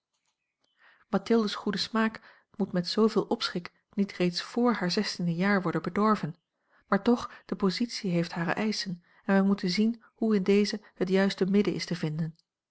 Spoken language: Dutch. mathilde s goede smaak moet met zooveel opschik niet reeds voor haar zestiende jaar worden bedorven maar toch de positie heeft hare eischen en wij moeten zien hoe in deze het juiste midden is te vinden